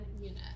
unit